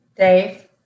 Dave